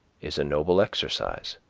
is a noble exercise,